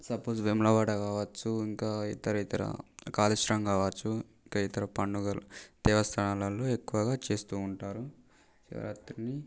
suppose Vemulawada కావచ్చు ఇంకా ఇతరేతర కాళేశ్వరం కావచ్చు ఇంక ఇతర పండుగలు దేవస్థానాలల్లో ఎక్కువగా చేస్తూ ఉంటారు శివరాత్రిని